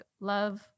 love